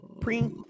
Pre